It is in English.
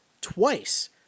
twice